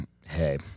hey